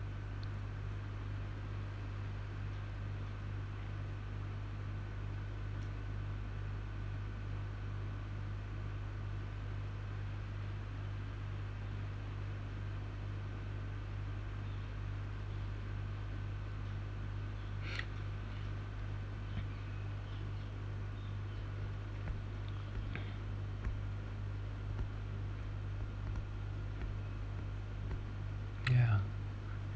yeah